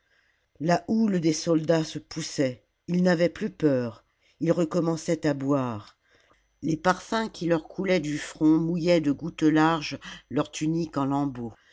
la houle des soldats se poussait ils n'avaient plus peur ils recommençaient à boire les parfums qui leur coulaient du front mouillaient de gouttes larges leurs tuniques en lambeaux